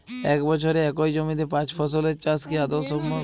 এক বছরে একই জমিতে পাঁচ ফসলের চাষ কি আদৌ সম্ভব?